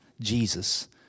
jesus